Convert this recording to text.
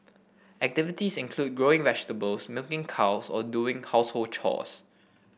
activities include growing vegetables milking cows or doing household chore